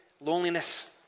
loneliness